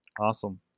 Awesome